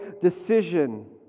decision